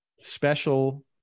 special